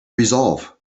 resolve